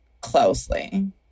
closely